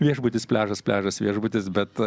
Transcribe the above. viešbutis pliažas pliažas viešbutis bet